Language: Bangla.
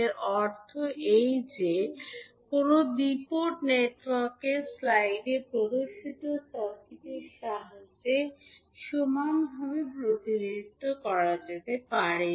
এর অর্থ এই যে কোনও দ্বি পোর্ট নেটওয়ার্ককে স্লাইডে প্রদর্শিত সার্কিটের সাহায্যে সমানভাবে প্রতিনিধিত্ব করা যেতে পারে